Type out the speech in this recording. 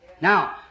Now